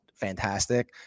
Fantastic